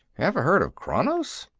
ever heard of kranos?